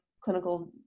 clinical